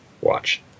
watch